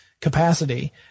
capacity